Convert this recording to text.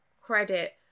credit